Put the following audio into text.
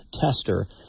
Tester